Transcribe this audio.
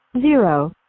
zero